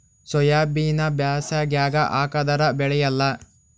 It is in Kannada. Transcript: ಸೋಯಾಬಿನ ಬ್ಯಾಸಗ್ಯಾಗ ಹಾಕದರ ಬೆಳಿಯಲ್ಲಾ?